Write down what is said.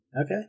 Okay